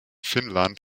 finnland